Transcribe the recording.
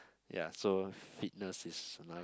ya so fitness is another